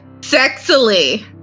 sexily